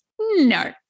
no